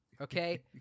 okay